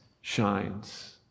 shines